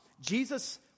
Jesus